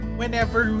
whenever